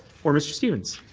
or mr. stevens.